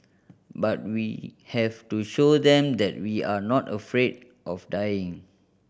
but we have to show them that we are not afraid of dying